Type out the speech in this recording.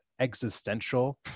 existential